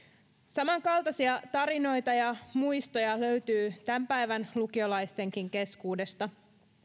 samankaltaisia tarinoita ja muistoja löytyy tämän päivän lukiolaistenkin keskuudesta